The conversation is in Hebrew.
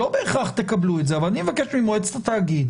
לא בהכרח תקבלו את זה אבל אני מבקש ממועצת התאגיד